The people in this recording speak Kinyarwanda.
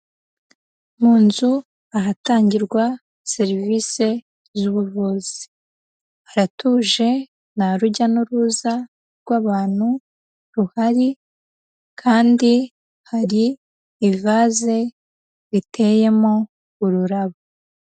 Mu nzu ahatangirwa serivise z'ubuvuzi, haratuje nta rujya n'uruza rw'abantu ruhari kandi hari ivaze riteyemo ururabo.